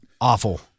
awful